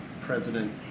president